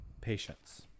patience